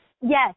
yes